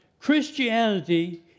Christianity